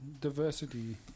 diversity